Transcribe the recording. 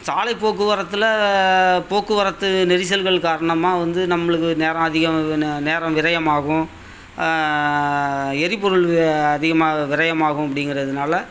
சாலை போக்குவரத்துல போக்குவரத்து நெரிசல்கள் காரணமாக வந்து நம்மளுக்கு நேரம் அதிகம் நே நேரம் விரயமாகும் எரிபொருள் அதிகமாக விரயமாகும் அப்படிங்கிறதுனால